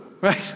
right